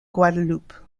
guadeloupe